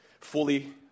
Fully